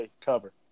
cover